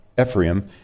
Ephraim